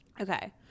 Okay